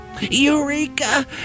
Eureka